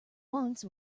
once